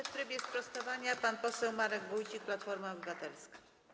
W trybie sprostowania pan poseł Marek Wójcik, Platforma Obywatelska.